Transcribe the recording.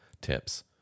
Tips